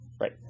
Right